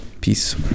Peace